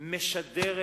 משדרת